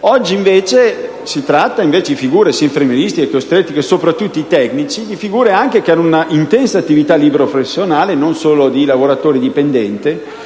oggi, invece, si tratta di figure (anche quelle infermieristiche ed ostetriche, ma soprattutto quelle tecniche) che hanno un'intensa attività libero professionale, e non solo come lavoratori dipendenti,